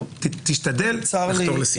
תשתדל לחתור לסיום.